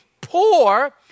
poor